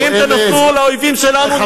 ואם תנסו, לאויבים שלנו, נמחק אתכם.